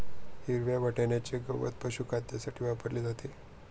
हिरव्या वाटण्याचे गवत पशुखाद्यासाठी वापरले जाते